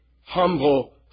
humble